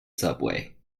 subway